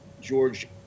George